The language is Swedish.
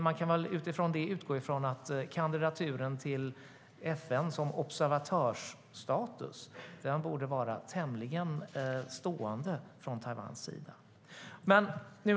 Man kan väl därför utgå ifrån att kandidaturen till FN om observatörsstatus borde vara tämligen stående från Taiwans sida.